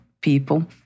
people